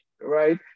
right